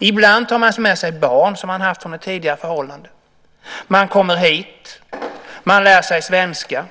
Ibland tar man med sig barn som man har från ett tidigare förhållande. Man kommer hit. Man lär sig svenska.